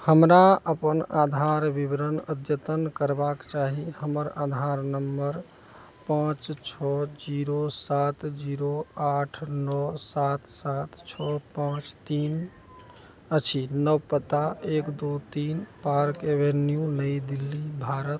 हमरा अपन आधार विवरण अद्यतन करबाक चाही हमर आधार नम्बर पाँच छओ जीरो सात जीरो आठ नओ सात सात छओ पाँच तीन अछि नव पता एक दू तीन पार्क एवेन्यू नई दिल्ली भारत